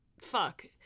fuck